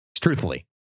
Truthfully